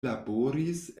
laboris